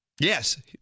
Yes